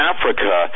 Africa